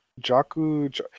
Jaku